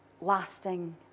lasting